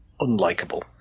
unlikable